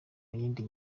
yindi